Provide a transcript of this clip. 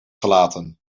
gelaten